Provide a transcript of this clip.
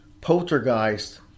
Poltergeist